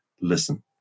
listen